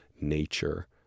nature